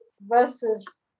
versus